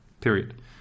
Period